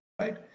Right